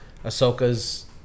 ahsoka's